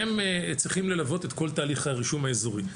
שצריכים ללוות את כל תהליך הרישום האזורי.